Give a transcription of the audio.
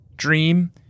dream